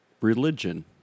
religion